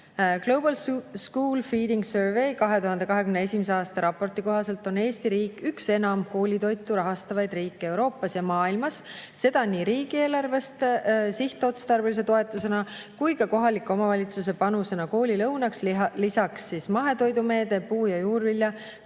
Global School Feeding Survey 2021. aasta raporti kohaselt on Eesti riik üks enim koolitoitu rahastav riik Euroopas ja maailmas, seda nii riigieelarvest sihtotstarbelise toetusena kui ka kohaliku omavalitsuse panusena koolilõunasse, lisaks mahetoidumeede, puu- ja juurvilja